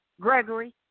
Gregory